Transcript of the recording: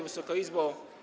Wysoka Izbo!